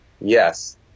yes